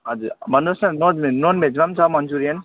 हजुर भन्नुहोस् नन्भेज नन् भेजमा पनि छ मन्चुरियन